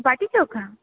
बाटी चोखा